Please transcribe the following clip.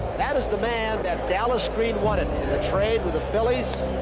that is the man that dallas green wanted in the trade with the phillies.